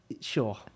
Sure